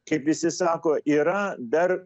kaip visi sako yra dar